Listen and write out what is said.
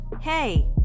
Hey